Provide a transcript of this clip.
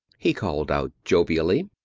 he called out jovially.